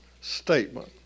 statement